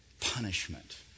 punishment